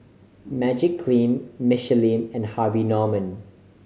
Magiclean Michelin and Harvey Norman